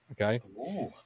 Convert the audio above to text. Okay